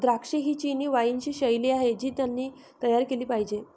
द्राक्षे ही चिनी वाइनची शैली आहे जी त्यांनी तयार केली पाहिजे